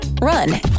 run